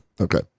Okay